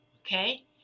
Okay